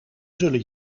zullen